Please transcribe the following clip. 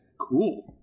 Cool